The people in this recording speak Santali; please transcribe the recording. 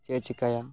ᱪᱮᱫ ᱮ ᱪᱮᱠᱟᱭᱟ